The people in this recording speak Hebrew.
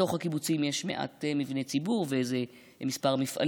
בתוך הקיבוצים יש מעט מבני ציבור וכמה מפעלים,